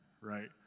right